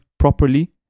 Properly